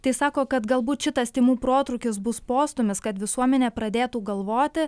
tai sako kad galbūt šitas tymų protrūkis bus postūmis kad visuomenė pradėtų galvoti